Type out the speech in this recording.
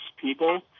people